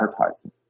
advertising